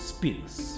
Spears